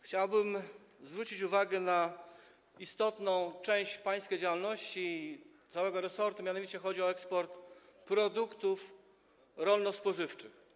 Chciałbym zwrócić uwagę na istotną część działalności pańskiej i całego resortu, mianowicie chodzi o eksport produktów rolno-spożywczych.